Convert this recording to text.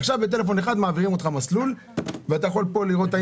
עכשיו בטלפון אחד מעבירים אותך מסלול ואתה יכול פה לראות את האינטרנט.